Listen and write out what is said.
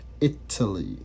Italy